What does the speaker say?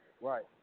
right